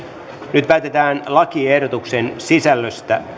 nyt päätetään lakiehdotuksen sisällöstä